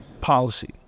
policy